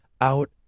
out